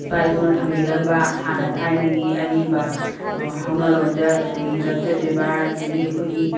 ꯏꯄꯥ ꯏꯄꯨꯅ ꯊꯝꯕꯤꯔꯝꯕ ꯍꯥꯟꯅ ꯊꯥꯏꯅꯒꯤ ꯑꯔꯤꯕ ꯍꯧꯅ ꯂꯣꯟꯆꯠ ꯑꯗꯒꯤ ꯂꯝꯆꯠ ꯕꯦꯕꯥꯔ ꯑꯗꯒꯤ ꯑꯩꯈꯣꯏꯒꯤ